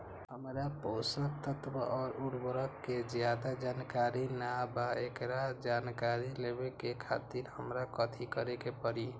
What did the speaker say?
हमरा पोषक तत्व और उर्वरक के ज्यादा जानकारी ना बा एकरा जानकारी लेवे के खातिर हमरा कथी करे के पड़ी?